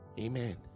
Amen